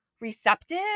receptive